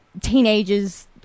teenagers